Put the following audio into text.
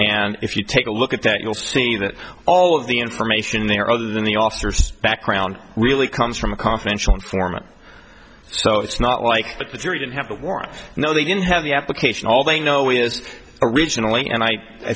and if you take a look at that you'll see that all of the information in there other than the officers background really comes from a confidential informant so it's not like the jury didn't have a warrant no they didn't have the application all they know is originally and i